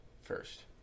first